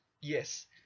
Yes